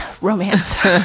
romance